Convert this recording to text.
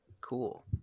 Cool